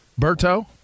Berto